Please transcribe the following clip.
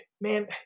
Man